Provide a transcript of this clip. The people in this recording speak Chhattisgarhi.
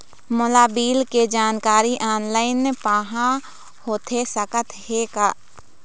मोला बिल के जानकारी ऑनलाइन पाहां होथे सकत हे का?